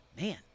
man